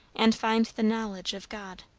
and find the knowledge of god